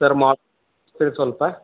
sir ಮೋ ಸ್ವಲ್ಪ